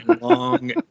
long